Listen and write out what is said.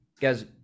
guys